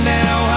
now